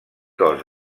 cos